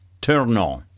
Tournon